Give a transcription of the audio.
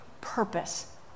purpose